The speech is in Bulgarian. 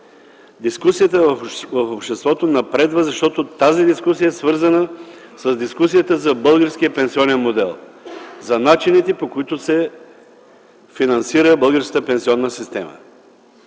дискусията в обществото напредва, защото тази дискусия е свързана с дискусията за българския пенсионен модел, за начините, по които се финансира българската пенсионна система.